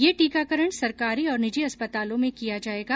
ये टीकाकरण सरकारी और निजी अस्पतालों में किया जायेगा